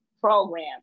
program